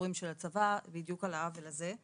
הערעורים של הצבא בדיוק על העוול הזה.